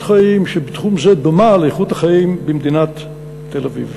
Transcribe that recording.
חיים שבתחום זה דומה לאיכות החיים במדינת תל-אביב.